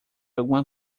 alguma